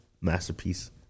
masterpiece